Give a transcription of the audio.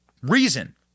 reason